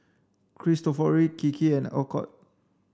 Cristofori Kiki and Alcott